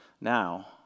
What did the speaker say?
Now